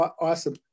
awesome